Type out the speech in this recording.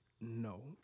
No